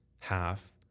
half